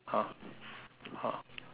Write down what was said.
ah ah